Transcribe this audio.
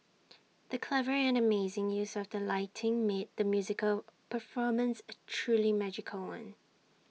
the clever and amazing use of the lighting made the musical performance A truly magical one